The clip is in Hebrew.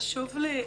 חשוב לי,